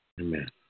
Amen